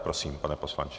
Prosím, pane poslanče.